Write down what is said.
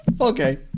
Okay